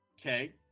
okay